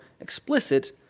explicit